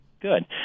Good